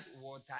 water